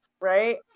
Right